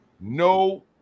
No